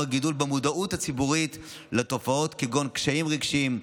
הגידול במודעות הציבורית לתופעות כגון קשיים רגשיים,